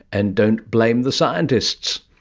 and don't blame the scientists.